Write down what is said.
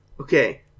okay